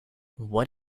what